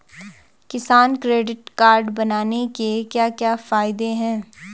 किसान credit card बनाने के क्या क्या फायदे हैं?